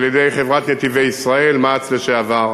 על-ידי חברת "נתיבי ישראל", מע"צ לשעבר,